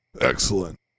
Excellent